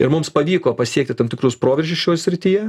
ir mums pavyko pasiekti tam tikrus proveržius šioj srityje